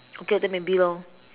okay then maybe lor